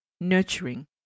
nurturing